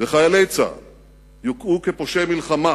וחיילי צה"ל יוקעו כפושעי מלחמה